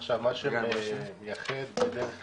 עכשיו מה שמייחד בדרך כלל,